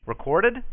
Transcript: Recorded